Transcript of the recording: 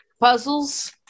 puzzles